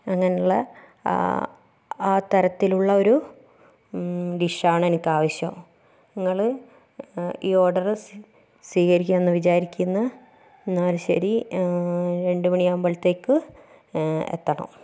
അങ്ങനെയുള്ള ആ ആ തരത്തിലുള്ള ഒരു ഡിഷാണ് എനിക്ക് ആവശ്യം നിങ്ങൾ ഈ ഓർഡർ സ്വീകരിക്കുമെന്ന് വിചാരിക്കുന്നു എന്നാൽ ശരി രണ്ടുമണി ആകുമ്പോഴത്തേക്കും എത്തണം